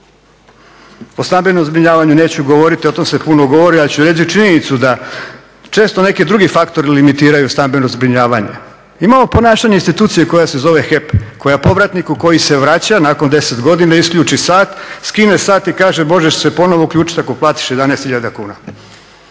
O stambenom zbrinjavanju neću govoriti, o tome se puno govori. Ja ću reći činjenicu da često neki drugi faktori limitiraju stambeno zbrinjavanje. Imamo ponašanje institucije koja se zove HEP koja povratniku koji se vraća nakon 10 godina isključi sat, skine sat i kaže možeš se ponovno uključiti ako platiš 11 000 kuna.